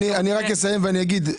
אני רק אסיים ואני אגיד,